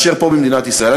מאשר פה במדינת ישראל.